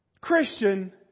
Christian